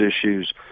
issues